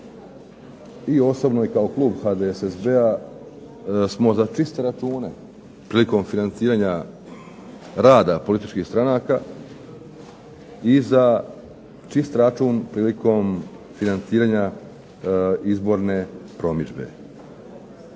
i osobno i kao klub HDSSB-a smo za čiste račune prilikom financiranja rada političkih stranaka i za čist račun prilikom financiranja izborne promidžbe.